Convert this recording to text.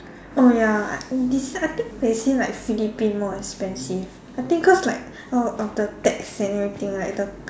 oh ya uh this like I think they say like Philippines more expensive I think cause like uh of the tax and everything like the